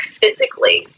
physically